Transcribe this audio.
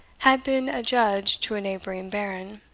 had been adjudged to a neighbouring baron,